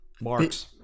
Marks